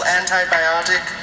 antibiotic